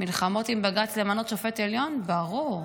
מלחמות עם בג"ץ למנות שופט עליון, ברור.